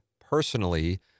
personally